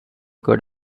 could